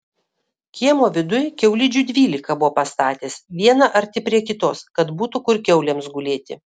kiemo viduj kiaulidžių dvylika buvo pastatęs vieną arti prie kitos kad būtų kur kiaulėms gulėti